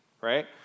right